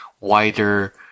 wider